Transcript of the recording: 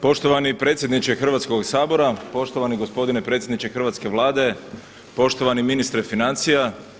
Poštovani predsjedniče Hrvatskoga sabora, poštovani gospodine predsjedniče hrvatske Vlade, poštovani ministre financija.